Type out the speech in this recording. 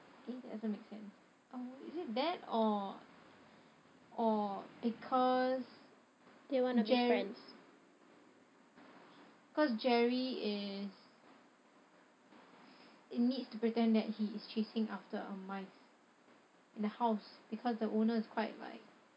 eh doesn't make sense oh is that or or because jerry cause jerry is it needs to pretend that he is chasing after a mice in the house because the owner is quite like